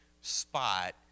spot